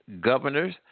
governors